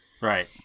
Right